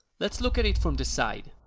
let's look at it from the side.